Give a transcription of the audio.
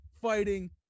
fighting